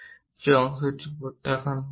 যে অংশ প্রত্যাখ্যাত হবে